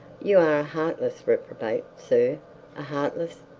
you are a heartless reprobate, sir a heartless,